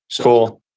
Cool